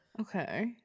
okay